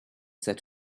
set